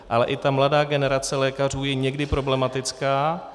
Ale i mladá generace lékařů je někdy problematická.